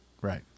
Right